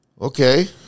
okay